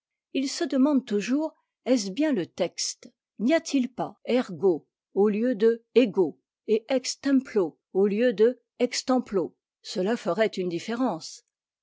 ils se demandent toujours est-ce bien le texte n'y a-t-il pas ergo au lieu de ego et ex templo au lieu de extemplo cela ferait une différence